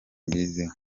mbiziho